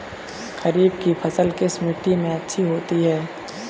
खरीफ की फसल किस मिट्टी में अच्छी होती है?